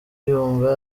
yumva